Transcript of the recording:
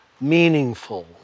meaningful